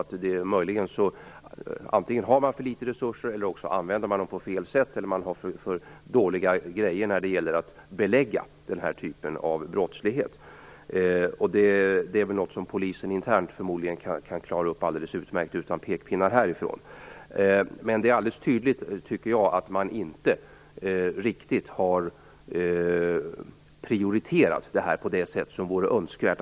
Antingen använder man resurserna på fel sätt, eller också har man för dålig utrustning för att belägga den här typen av brottslighet. Förmodligen kan Polisen internt klara detta alldeles utmärkt utan pekpinnar härifrån, men jag tycker att det är alldeles tydligt att man inte har prioriterat det här riktigt på det sätt som vore önskvärt.